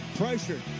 pressure